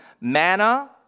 manna